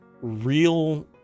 real